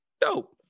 Dope